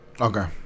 Okay